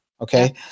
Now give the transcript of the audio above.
Okay